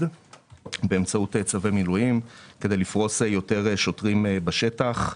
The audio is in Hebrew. באמצעות צווי מילואים כדי לפרוש יותר שוטרים בשטח.